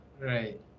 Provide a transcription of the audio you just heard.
Right